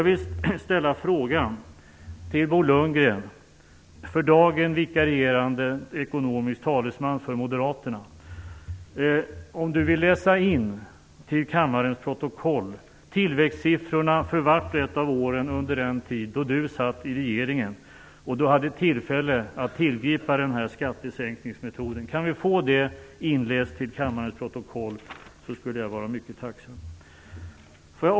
Vill Bo Lundgren till kammarens protokoll läsa in tillväxtsiffrorna för vart och ett av åren under den tid då han satt i regeringen och hade tillfälle att tillgripa denna skattesänkningsmetod? Om vi kunde vi få detta inläst till kammarens protokoll skulle jag vara mycket tacksam.